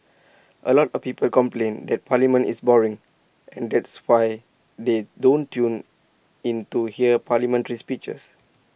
A lot of people complain that parliament is boring and that's why they don't tune in to hear parliamentary speeches